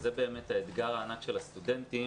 שזה באמת האתגר הענק של הסטודנטים,